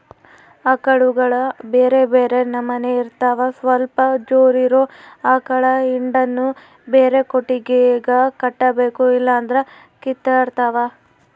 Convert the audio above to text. ಆಕಳುಗ ಬ್ಯೆರೆ ಬ್ಯೆರೆ ನಮನೆ ಇರ್ತವ ಸ್ವಲ್ಪ ಜೋರಿರೊ ಆಕಳ ಹಿಂಡನ್ನು ಬ್ಯಾರೆ ಕೊಟ್ಟಿಗೆಗ ಕಟ್ಟಬೇಕು ಇಲ್ಲಂದ್ರ ಕಿತ್ತಾಡ್ತಾವ